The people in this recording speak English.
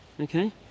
Okay